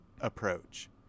approach